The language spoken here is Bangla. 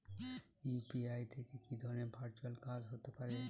ইউ.পি.আই থেকে কি ধরণের ভার্চুয়াল কাজ হতে পারে?